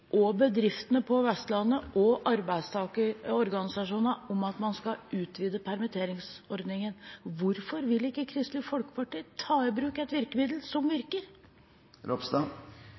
Industri, bedriftene på Vestlandet og arbeidstakerorganisasjonene om at man skal utvide permitteringsordningen. Hvorfor vil ikke Kristelig Folkeparti ta i bruk et virkemiddel som